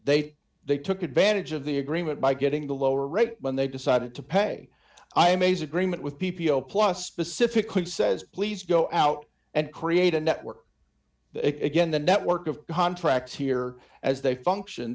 say they took advantage of the agreement by getting the lower rate when they decided to pay i am a's agreement with p p o plus specifically says please go out and create a network again the network of contracts here as they function